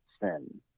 sin